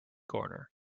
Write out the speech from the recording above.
corner